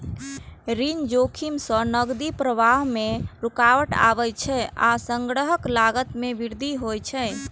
ऋण जोखिम सं नकदी प्रवाह मे रुकावट आबै छै आ संग्रहक लागत मे वृद्धि होइ छै